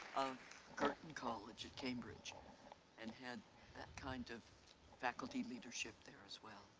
girton college at cambridge and had that kind of faculty leadership there as well.